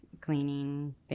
cleaning